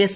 S